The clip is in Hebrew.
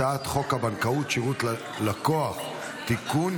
הצעת חוק הבנקאות (שירות ללקוח) (תיקון,